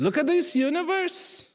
look at this universe